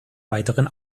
weiteren